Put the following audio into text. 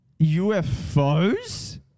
UFOs